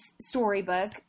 storybook